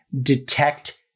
detect